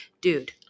Dude